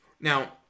now